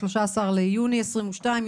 ה-13 ביוני 2022,